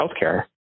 healthcare